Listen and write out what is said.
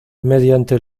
mediante